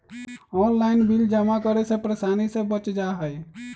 Online bill जमा करे से परेशानी से बच जाहई?